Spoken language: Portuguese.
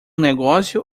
negócio